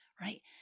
right